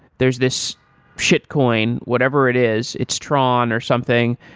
there is this shitcoin, whatever it is. it's tron or something.